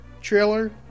trailer